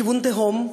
לכיוון תהום,